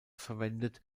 verwendet